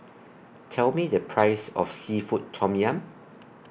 Tell Me The Price of Seafood Tom Yum